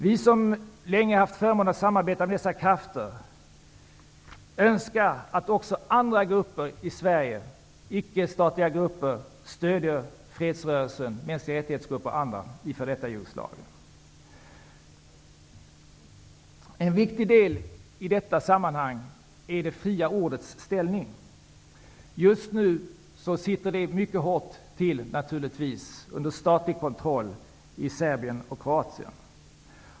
Vi som länge haft förmånen att samarbeta med dessa krafter önskar att också andra grupper i Sverige, icke-statliga sådana, stöder fredsrörelsen med exempelvis säkerhetsgrupper i f.d. En viktig del i detta sammanhang är det fria ordets ställning. Just nu sitter det, under statlig kontroll, mycket hårt till i Serbien och Kroatien.